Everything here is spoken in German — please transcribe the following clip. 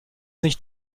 nicht